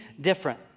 different